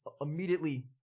immediately